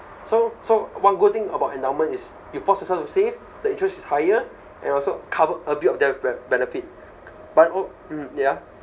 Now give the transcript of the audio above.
so so one good thing about endowment is you force yourself to save the interest is higher and also covered a bit of death benefit but oh mm ya